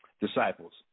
disciples